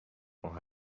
ماه